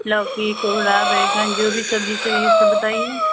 लौकी कोंहणा बैंगन जो भी सब्ज़ी चाहिए सो बताइये